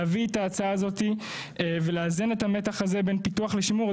להביא את ההצעה הזאת ולאזן את המתח הזה בין פיתוח לשימור,